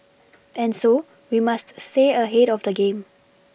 and so we must stay ahead of the game